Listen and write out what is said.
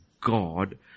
God